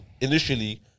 initially